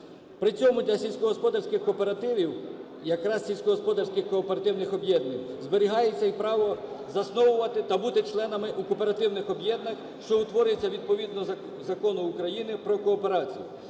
При цьому для сільськогосподарських кооперативів, якраз сільськогосподарських кооперативних об'єднань, зберігається і право засновувати та бути членами кооперативних об'єднань, що утворюються відповідно Закону України "Про кооперацію".